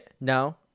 no